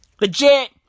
Legit